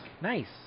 nice